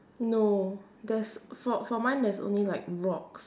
no there's for for mine there's only like rocks